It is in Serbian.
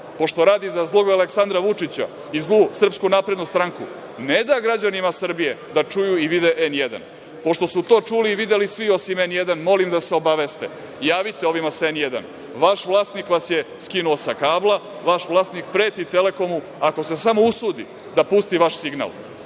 pošto radi za zlog Aleksandra Vučića i zlu SNS, ne da građanima Srbije da čuju i vide „N1“. Pošto su to čuli i videli svi osim „N1“, molim da se obaveste, javite ovima sa „N1“, vaš vlasnik vas je skinuo sa kabla, vaš vlasnik preti „Telekomu“ ako se samo usudi da pusti vaš signal. Onda